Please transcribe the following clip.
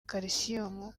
calcium